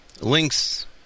links